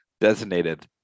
designated